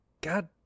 God